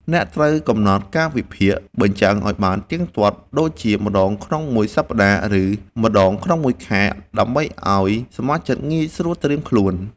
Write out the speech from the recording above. អ្នកត្រូវកំណត់កាលវិភាគបញ្ចាំងឱ្យបានទៀងទាត់ ដូចជាម្តងក្នុងមួយសប្តាហ៍ ឬម្តងក្នុងមួយខែ ដើម្បីឱ្យសមាជិកងាយស្រួលត្រៀមខ្លួន។